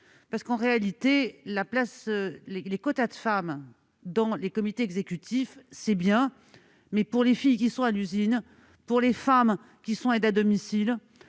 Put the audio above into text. En réalité, les quotas de femmes dans les comités exécutifs, c'est bien ; mais, pour les filles qui sont à l'usine ou pour les femmes qui travaillent comme